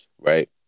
right